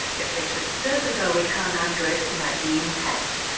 yes, me too. certainly though we can't underestimate the impact,